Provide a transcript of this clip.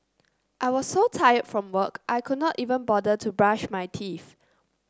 I was so tired from work I could not even bother to brush my teeth